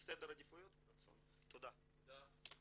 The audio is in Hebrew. עניין של סדר עדיפויות ורצון.